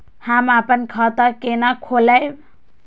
हम अपन खाता केना खोलैब?